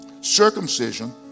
Circumcision